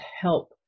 help